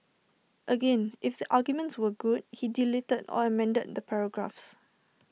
again if the arguments were good he deleted or amended the paragraphs